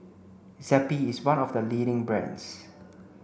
Zappy is one of the leading brands